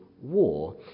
war